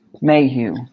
Mayhew